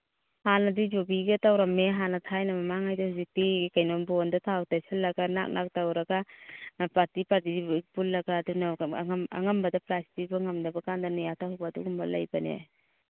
ꯍꯥꯟꯅꯗꯤ ꯌꯨꯕꯤꯒ ꯇꯧꯔꯝꯃꯝꯤ ꯍꯥꯟꯅ ꯊꯥꯏꯅ ꯃꯃꯥꯡꯉꯩꯗ ꯍꯧꯖꯤꯛꯇꯤ ꯀꯩꯅꯣ ꯕꯣꯜꯗ ꯊꯥꯎ ꯇꯩꯁꯜꯂꯒ ꯂꯥꯛ ꯂꯥꯛ ꯇꯧꯔꯒ ꯄꯥꯔꯇꯤ ꯄꯥꯔꯇꯤ ꯄꯨꯜꯂꯒ ꯑꯗꯨꯅ ꯑꯉꯝꯕꯗ ꯄ꯭ꯔꯥꯏꯖ ꯄꯤꯕ ꯉꯝꯗꯕꯀꯥꯟꯗꯅ ꯑꯗꯨꯒꯨꯝꯕ ꯂꯩꯕꯅꯦ